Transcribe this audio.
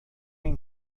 این